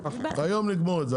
היום נגמור את זה.